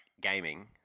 gaming